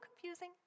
confusing